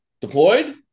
deployed